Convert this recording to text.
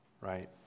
right